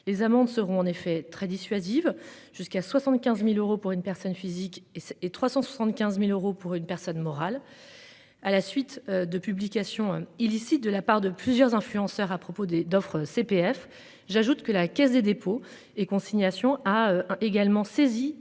Les amendes seront en effet très dissuasive jusqu'à 75.000 euros pour une personne physique et et 375.000 euros pour une personne morale. À la suite de publication illicite de la part de plusieurs influenceurs à propos des d'offres CPF. J'ajoute que la Caisse des dépôts et consignations a également saisi